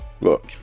Look